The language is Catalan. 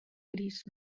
gris